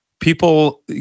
People